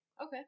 Okay